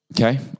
Okay